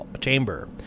chamber